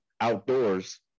outdoors